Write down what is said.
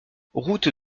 route